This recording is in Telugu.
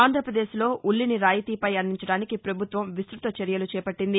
ఆంధ్రప్రదేశ్లో ఉల్లిని రాయితీపై అందించడానికి ప్రభుత్వం విస్తృత చర్యలు చేపట్టింది